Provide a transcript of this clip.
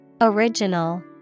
Original